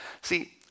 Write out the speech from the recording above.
See